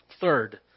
Third